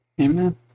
Amen